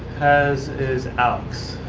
as is alex,